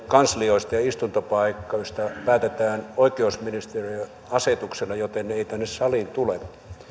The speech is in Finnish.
kanslioista ja istuntopaikoista päätetään oikeusministeriön asetuksella joten ne eivät tänne saliin tule